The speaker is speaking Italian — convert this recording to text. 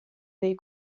dei